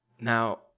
Now